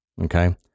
Okay